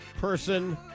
person